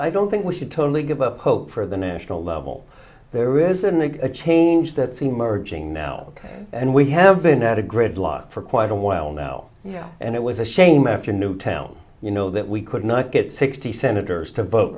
i don't think we should totally give up hope for the national level there isn't it a change that scene merging now and we have been at a gridlock for quite a while now and it was a shame after newtown you know that we could not get sixty senators to vote